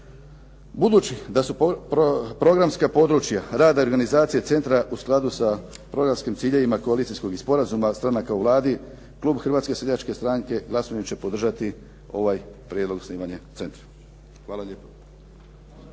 Budući da su programska područja rada i organizacije centra u skladu sa programskim ciljevima koalicijskog sporazuma, stranaka u Vladi, klub Hrvatske seljačke stranke glasovima će podržati ovaj prijedlog osnivanja centra. Hvala lijepo.